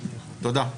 תודה.